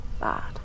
bad